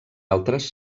altres